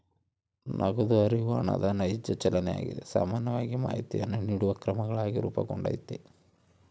ನಗದು ಹರಿವು ಹಣದ ನೈಜ ಚಲನೆಯಾಗಿದೆ ಸಾಮಾನ್ಯವಾಗಿ ಮಾಹಿತಿಯನ್ನು ನೀಡುವ ಕ್ರಮಗಳಾಗಿ ರೂಪುಗೊಂಡೈತಿ